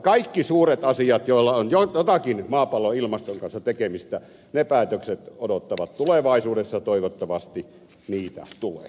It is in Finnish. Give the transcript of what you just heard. kaikki suuret päätökset joilla on jotakin maapallon ilmaston kanssa tekemistä odottavat tulevaisuudessa toivottavasti niitä tulee